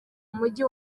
mujyi